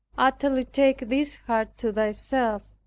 utterly take this heart to thyself,